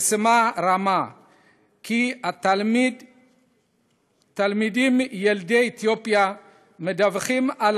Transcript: לפני כשנתיים פרסמה ראמ"ה כי התלמידים ילדי אתיופיה מדווחים על